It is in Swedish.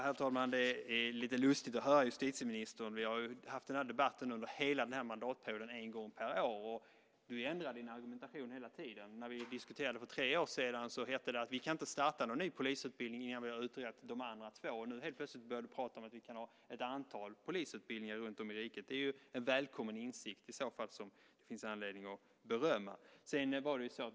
Herr talman! Det är lite lustigt att höra justitieministern. Vi har haft den här debatten en gång per år under hela mandatperioden. Du ändrar din argumentation hela tiden. När vi diskuterade för tre år sedan hette det: Vi kan inte starta någon ny polisutbildning innan vi har utrett de andra två. Nu helt plötsligt börjar du tala om att vi kan ha ett antal polisutbildningar runtom i riket. Det är i så fall en välkommen insikt som det finns anledning att berömma.